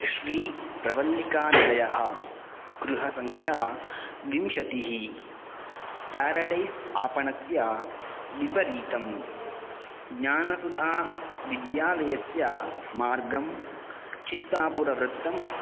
श्रीप्रवल्लिकानिलयः गृहसङ्ख्या विंशतिः पेरडैस् आपणस्य विपरीतं ज्ञानसुधाविद्यालयस्य मार्गं चित्तापुरवृत्तं